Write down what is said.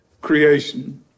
creation